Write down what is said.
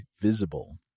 Visible